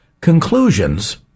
conclusions